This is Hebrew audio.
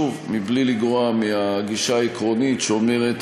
שוב, בלי לגרוע מהגישה העקרונית שאומרת